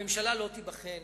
הממשלה לא תיבחן